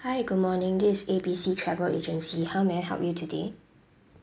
hi good morning this is A B C travel agency how may I help you today